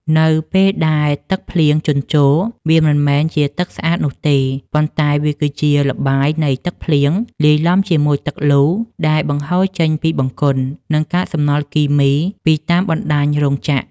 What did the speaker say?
នៅពេលដែលទឹកភ្លៀងជន់ជោរ វាមិនមែនជាទឹកស្អាតនោះទេ ប៉ុន្តែវាគឺជាល្បាយនៃទឹកភ្លៀង លាយឡំជាមួយទឹកលូដែលបង្ហូរចេញពីបង្គន់ និងកាកសំណល់គីមីពីតាមបណ្តាញរោងចក្រ។